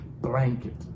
blanket